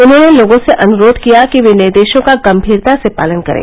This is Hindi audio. उन्हॉने लोगों से अनुरोध किया कि वे निर्देशों का गंभीरता से पालन करें